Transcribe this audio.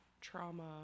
Trauma